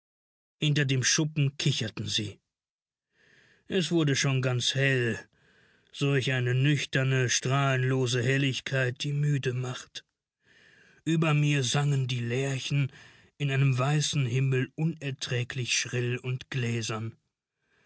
hinter dem schuppen kicherten sie es wurde schon ganz hell solch eine nüchterne strahlenlose helligkeit die müde macht über mir sangen die lerchen in einem weißen himmel unerträglich schrill und gläsern